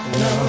no